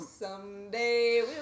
Someday